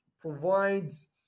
provides